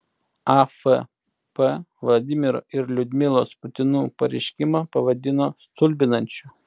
afp vladimiro ir liudmilos putinų pareiškimą pavadino stulbinančiu